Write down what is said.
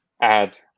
add